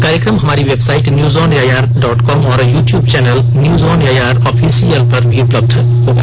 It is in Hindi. कार्यक्रम हमारी website news on AIR dot com और YouTube channel news on AIR official पर भी उपलब्ध रहेगा